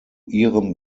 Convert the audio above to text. ihrem